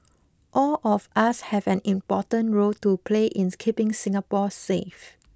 all of us have an important role to play in keeping Singapore safe